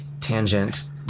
tangent